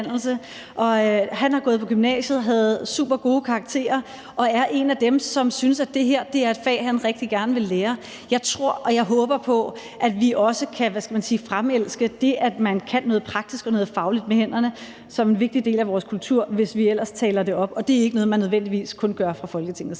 han har gået på gymnasiet og havde supergode karakterer og er en af dem, som synes, at det her er et fag, han rigtig gerne vil lære. Jeg tror og jeg håber på, at vi også kan, hvad skal man sige, fremelske det, at man kan noget praktisk og noget fagligt med hænderne, som en vigtig del af vores kultur, hvis vi ellers taler det op. Og det er ikke noget, man nødvendigvis kun gør fra Folketingets side.